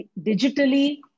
digitally